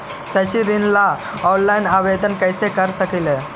शैक्षिक ऋण ला ऑनलाइन आवेदन कैसे कर सकली हे?